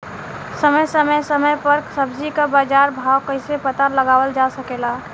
समय समय समय पर सब्जी क बाजार भाव कइसे पता लगावल जा सकेला?